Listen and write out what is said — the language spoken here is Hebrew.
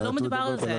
ולא מדובר על זה.